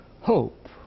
hope